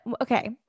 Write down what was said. okay